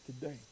today